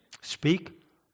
Speak